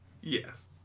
Yes